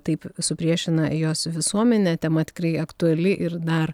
taip supriešina jos visuomenę tema tikrai aktuali ir dar